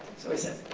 so he says,